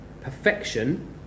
perfection